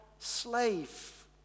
slave